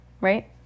right